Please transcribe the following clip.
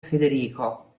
federico